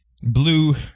blue